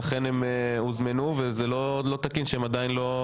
לכן הם הוזמנו ולא תקין שהם עדיין לא כאן.